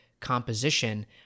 composition